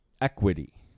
equity